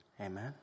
Amen